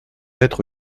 être